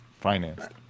financed